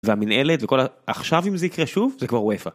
והמינהלת וכל ה... עכשיו אם זה יקרה שוב זה כבר UEFA.